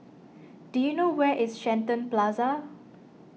do you know where is Shenton Plaza